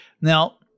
Now